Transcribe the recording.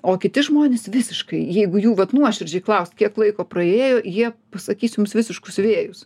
o kiti žmonės visiškai jeigu jų vat nuoširdžiai klaust kiek laiko praėjo jie pasakys jums visiškus vėjus